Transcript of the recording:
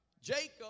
Jacob